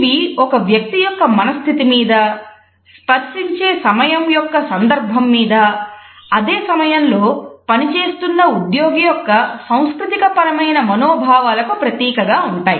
ఇవి ఒక వ్యక్తి యొక్క మనస్థితి మీద స్పర్శించే సమయము యొక్క సందర్భం మీద అదే సమయంలో పనిచేస్తున్న ఉద్యోగి యొక్క సంస్కృతి పరమైన మనోభావాలకు ప్రతీకగా ఉంటాయి